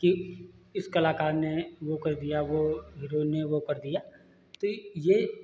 कि इस कलाकार ने वह कर दिया वह हीरो ने वह कर दिया तो यह